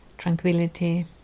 Tranquility